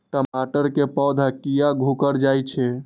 टमाटर के पौधा किया घुकर जायछे?